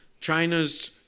China's